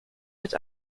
mit